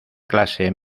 clase